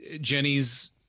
Jenny's